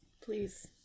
please